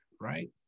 right